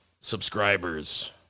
subscribers